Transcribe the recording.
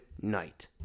night